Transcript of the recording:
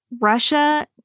Russia